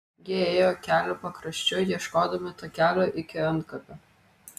jie ėjo kelio pakraščiu ieškodami takelio iki antkapio